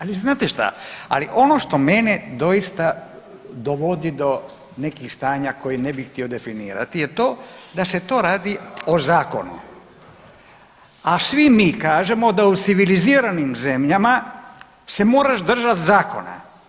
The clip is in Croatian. Ali znate šta, ali ono što mene doista dovodi do nekih stanja koji ne bih htio definirati je to da se to radi o zakonu, a svi mi kažemo da u civiliziranim zemljama se moraš držat zakona.